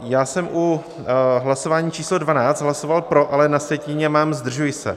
Já jsem u hlasování číslo 12 hlasoval pro, ale na sjetině mám zdržuji se.